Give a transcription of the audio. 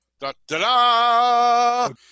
Da-da-da